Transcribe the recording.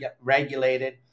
regulated